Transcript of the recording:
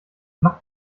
macht